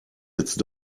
jetzt